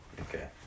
Okay